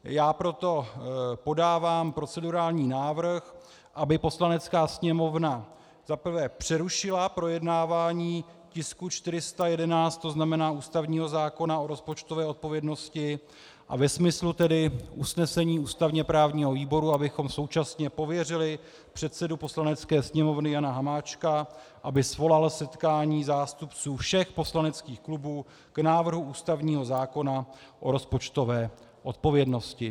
Já proto podávám procedurální návrh, aby Poslanecká sněmovna za prvé přerušila projednávání tisku 411, ústavního zákona o rozpočtové odpovědnosti, a ve smyslu usnesení ústavněprávního výboru abychom současně pověřili předsedu Poslanecké sněmovny Jana Hamáčka, aby svolal setkání zástupců všech poslaneckých klubů k návrhu ústavního zákona o rozpočtové odpovědnosti.